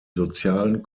sozialen